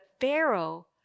Pharaoh